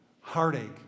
heartache